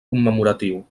commemoratiu